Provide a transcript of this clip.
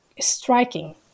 Striking